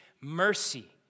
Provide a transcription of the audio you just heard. mercy